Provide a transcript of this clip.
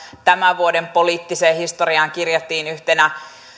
tämän vuoden poliittiseen historiaan kirjattiin yhtenä